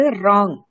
wrong